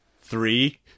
three